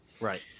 Right